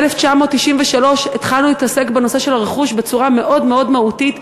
ב-1993 התחלנו להתעסק בנושא של הרכוש בצורה מאוד מאוד מהותית.